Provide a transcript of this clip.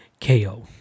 KO